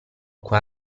qua